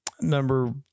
Number